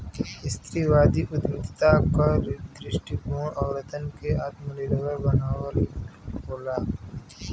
स्त्रीवादी उद्यमिता क दृष्टिकोण औरतन के आत्मनिर्भर बनावल होला